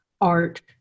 art